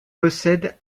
possède